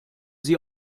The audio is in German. sie